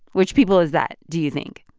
which people is that, do you think?